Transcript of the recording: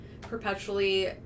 perpetually